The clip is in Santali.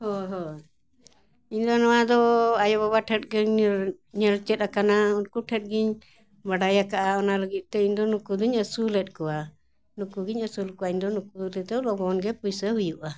ᱦᱳᱭ ᱦᱳᱭ ᱤᱧ ᱫᱚ ᱱᱚᱣᱟ ᱫᱚ ᱟᱭᱳ ᱵᱟᱵᱟ ᱴᱷᱮᱡ ᱜᱤᱧ ᱧᱮᱞ ᱪᱮᱫ ᱟᱠᱟᱱᱟ ᱩᱱᱠᱩ ᱴᱷᱮᱡ ᱜᱤᱧ ᱵᱟᱰᱟᱭ ᱟᱠᱟᱜᱼᱟ ᱚᱱᱟ ᱞᱟᱹᱜᱤᱫ ᱛᱮ ᱤᱧ ᱫᱚ ᱱᱩᱠᱩ ᱫᱚᱧ ᱟᱹᱥᱩᱞᱮᱫ ᱠᱚᱣᱟ ᱱᱩᱠᱩ ᱜᱤᱧ ᱟᱹᱥᱩᱞ ᱠᱚᱣᱟ ᱤᱧ ᱫᱚ ᱱᱩᱠᱩ ᱨᱮᱫᱚ ᱞᱚᱜᱚᱱ ᱜᱮ ᱯᱩᱭᱥᱟᱹ ᱦᱩᱭᱩᱜᱼᱟ